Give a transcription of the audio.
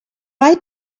try